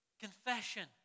Confession